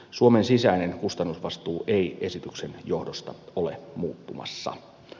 suomen sisäinen kustannusvastuu ei esityksen johdosta ole muuttumassa